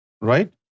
Right